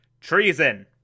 treason